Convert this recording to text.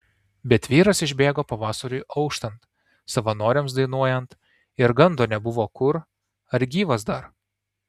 bet vyras išbėgo pavasariui auštant savanoriams dainuojant ir gando nebuvo kur ar gyvas dar